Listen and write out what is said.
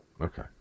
Okay